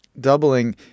doubling